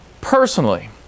personally